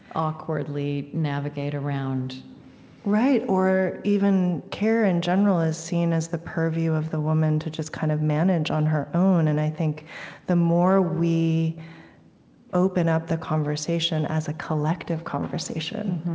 awkwardly navigate around right, or, even, care in general is seen as the purview of the woman to just kind of manage on her own. and i think the more we open up the conversation as a collective conversation,